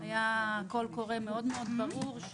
היה קול קורא מאוד מאוד ברור.